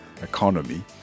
Economy